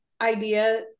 idea